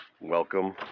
welcome